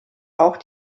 auch